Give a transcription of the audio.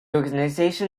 organization